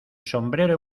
sombrero